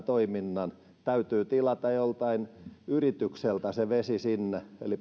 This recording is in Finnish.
toiminnan täytyy tilata joltain yritykseltä se vesi sinne eli